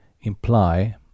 imply